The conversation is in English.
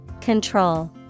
Control